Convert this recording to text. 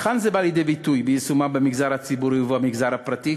היכן זה בא לידי ביטוי בהשמתם במגזר הציבורי ובמגזר הפרטי,